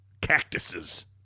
Cactuses